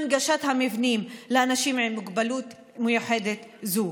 את הנגשת המבנים לאנשים עם מוגבלות מיוחדת זו.